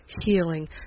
healing